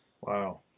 Wow